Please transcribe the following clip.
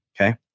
okay